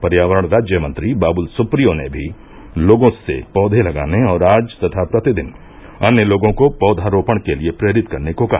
पर्यावरण राज्यमंत्री बाबुल सुप्रियो ने भी लोगों से पौधे लगाने और आज तथा प्रतिदिन अन्य लोगों को पौघारोपण के लिए प्रेरित करने को कहा